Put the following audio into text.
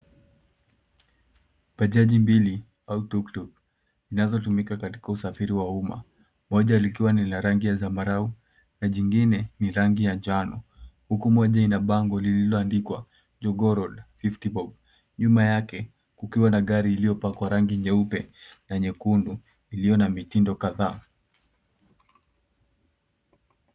Bajaji mbili au tuktuk zinazotumika katika usafiri wa umma, moja likiwa ni la rangi ya zambarau na lingine ni rangi ya njano huku moja ina bango lililoandikwa, jogoo road fifty bob. Nyuma yake kukiwa na gari iliyopakwa rangi nyeupe na nyekundu iliyo na mitindo kadhaa.